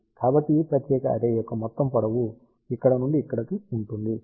కాబట్టి ఈ ప్రత్యేక అర్రే యొక్క మొత్తం పొడవు ఇక్కడ నుండి ఇక్కడికి ఉంటుంది